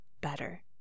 better